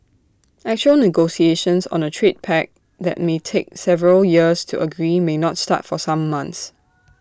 actual negotiations on A trade pact that may take several years to agree may not start for some months